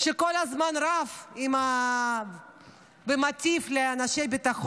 שכל הזמן רב עם אנשי ביטחון ומטיף להם.